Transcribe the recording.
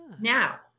Now